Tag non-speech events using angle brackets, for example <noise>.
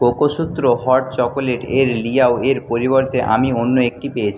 কোকোসূত্র hot চকোলেটের <unintelligible> পরিবর্তে আমি অন্য একটি পেয়েছি